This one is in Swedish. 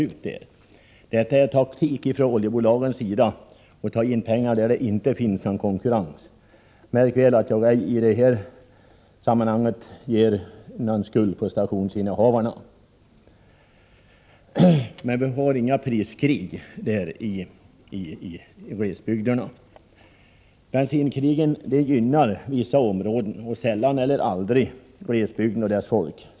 Det är taktik från oljebolagen att ta in pengar där det ej finns konkurrens. Märk väl att jag ej ger stationsinnehavaren någon skuld i detta avseende. Men vi har inga priskrig i glesbygderna. Priskrigen gynnar vissa områden men sällan eller aldrig glesbygden och dess folk.